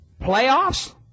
playoffs